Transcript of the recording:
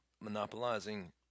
monopolizing